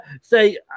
say